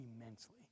immensely